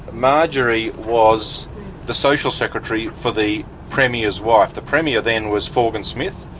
marjorie was the social secretary for the premier's wife. the premier then was forgan smith,